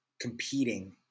competing